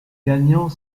gagnant